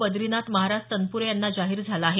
बद्रीनाथ महाराज तनपुरे यांना जाहीर झाला आहे